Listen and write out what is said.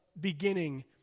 beginning